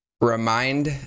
Remind